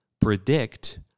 predict